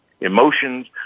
emotions